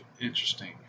interesting